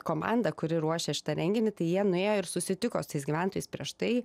komanda kuri ruošia šitą renginį tai jie nuėjo ir susitiko su tais gyventojais prieš tai